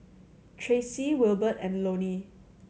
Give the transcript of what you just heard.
Tracie Wilbert and Lonnie